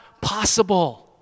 possible